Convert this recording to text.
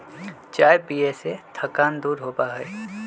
चाय पीये से थकान दूर होबा हई